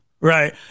Right